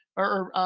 or,